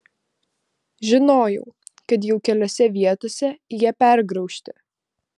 žinojau kad jau keliose vietose jie pergraužti